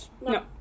No